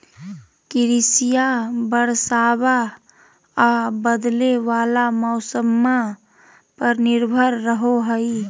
कृषिया बरसाबा आ बदले वाला मौसम्मा पर निर्भर रहो हई